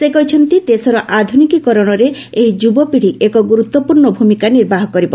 ସେ କହିଛନ୍ତି ଦେଶର ଆଧୁନିକୀକରଣରେ ଏହି ଯୁବପିତି ଏକ ଗୁରୁତ୍ୱପୂର୍ଣ ଭୂମିକା ନିର୍ବାହ କରିବ